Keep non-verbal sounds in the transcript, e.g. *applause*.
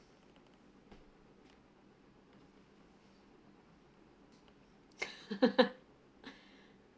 *laughs*